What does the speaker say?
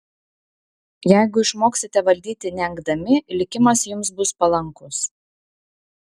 jeigu išmoksite valdyti neengdami likimas jums bus palankus